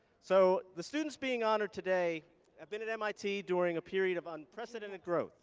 so the students being honored today have been at mit during a period of unprecedented growth